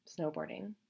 snowboarding